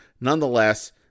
Nonetheless